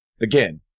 again